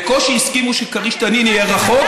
בקושי הסכימו שכריש-תנין יהיה רחוק,